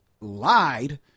lied